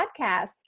podcast